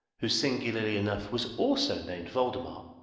who singularly enough was also named voldemar,